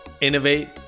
innovate